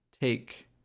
take